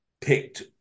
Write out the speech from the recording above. picked